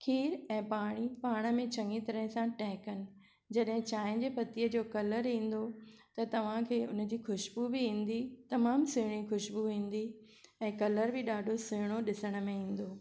खीर ऐं पाणी पाण में चङी तरह सां टहिकनि जॾहिं चांहि जी पतीअ जो कलर ईंदो त तव्हांखे हुनजी ख़ुश्बू बि ईंदी तमामु सुहिणी ख़ुश्बू ईंदी ऐं कलर बि ॾाढो सुहिणो ॾिसण में ईंदो